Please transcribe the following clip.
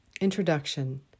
Introduction